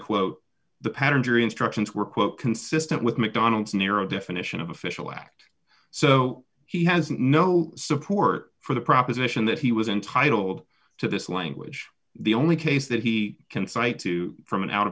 a quote the pattern jury instructions were quote consistent with mcdonald's narrow definition of official act so he has no support for the proposition that he was entitled to this language the only case that he can cite to from